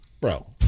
bro